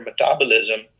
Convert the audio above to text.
metabolism